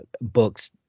books